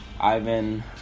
Ivan